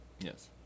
yes